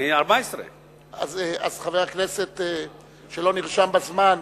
14. אז חבר הכנסת שלא נרשם בזמן,